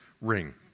ring